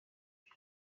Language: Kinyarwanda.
icyo